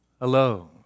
alone